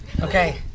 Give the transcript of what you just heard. Okay